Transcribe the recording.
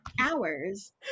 hours